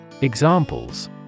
Examples